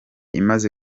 imaze